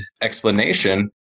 explanation